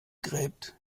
gräbt